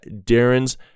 Darren's